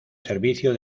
servicio